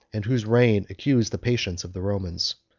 and whose reign accused the patience of the romans.